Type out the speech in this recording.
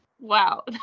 wow